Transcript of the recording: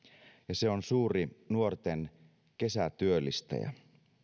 ja se on suuri nuorten kesätyöllistäjä